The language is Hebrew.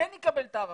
הוא כן יקבל את ההארכה.